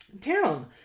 town